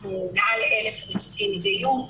ואנחנו מעל 1,000 --- מדי יום,